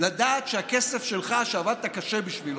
לדעת שהכסף שלך, שעבדת קשה בשבילו,